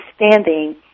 understanding